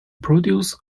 produce